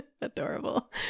Adorable